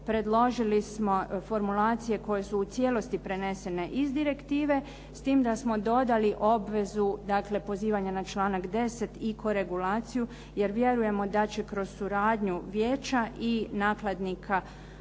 predložili smo formulacije koje su u cijelosti prenesene iz direktive, s tim da smo dodali obvezu, dakle pozivanja na članak 10. i koregulaciju jer vjerujemo da će kroz suradnju vijeća i nakladnika,